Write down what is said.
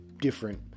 different